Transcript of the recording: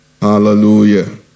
Hallelujah